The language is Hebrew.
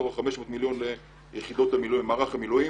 לאימוני מערך המילואים.